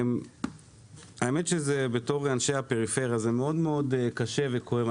האמת שבתור אנשי הפריפריה, זה מאוד קשה וכואב.